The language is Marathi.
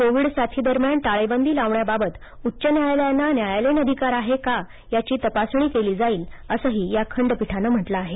कोविड साथी दरम्यान टाळेबंदी लावण्याबाबत उच्च न्यायालयांना न्यायालयीन अधिकार आहे का याची तपासणी केली जाईल असंही या खंडपीठानं म्हटलं आहे